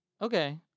Okay